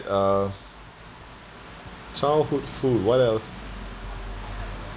uh childhood food what else